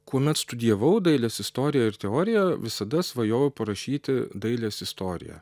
kuomet studijavau dailės istoriją ir teoriją visada svajojau parašyti dailės istoriją